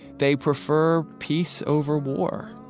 they prefer peace over war,